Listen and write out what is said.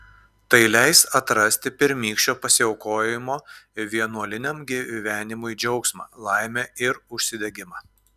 tai leis atrasti pirmykščio pasiaukojimo vienuoliniam gyvenimui džiaugsmą laimę ir užsidegimą